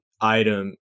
item